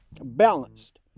balanced